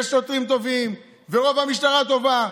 יש שוטרים טובים ורוב המשטרה טובה,